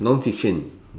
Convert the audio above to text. non fiction